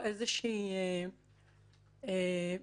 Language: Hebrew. ההגדרה היא שזה מעשה פיזי וגם לילך אמרה שזה מגע מיני.